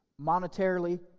monetarily